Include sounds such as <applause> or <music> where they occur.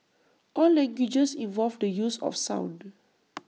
all languages involve the use of sound <noise>